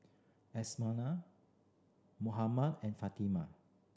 Amsyar Muhammad and Fatimah